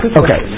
okay